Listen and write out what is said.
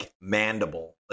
mandible